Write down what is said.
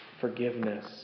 forgiveness